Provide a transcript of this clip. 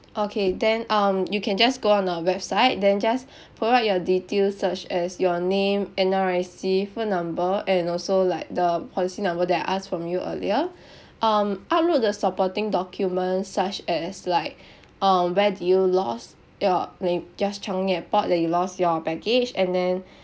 okay then um you can just go on our website then just provide your details such as your name N_R_I_C phone number and also like the policy number that I asked from you earlier um upload the supporting documents such as like um where did you lost your may just changi airport that you lost your baggage and then